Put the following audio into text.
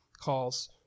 calls